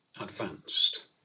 advanced